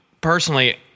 personally